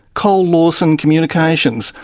cole lawson communications,